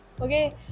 Okay